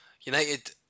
United